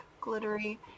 glittery